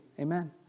Amen